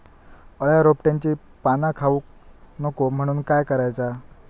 अळ्या रोपट्यांची पाना खाऊक नको म्हणून काय करायचा?